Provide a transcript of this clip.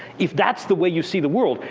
if that's the way you see the world,